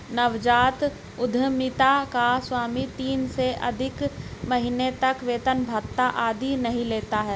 नवजात उधमिता का स्वामी तीन से अधिक महीने तक वेतन भत्ता आदि नहीं लेता है